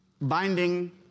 binding